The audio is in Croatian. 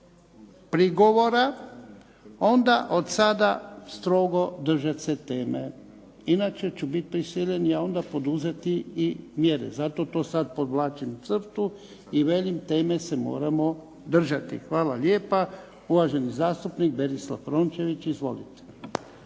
prigovora, onda od sada strogo držati se teme. Inače ću biti prisiljen ja onda poduzeti i mjere. Zato to sada podvlačim crtu i velim teme se moramo držati. Hvala lijepa. Uvaženi zastupnik Berislav Rončević. Izvolite.